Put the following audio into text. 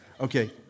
Okay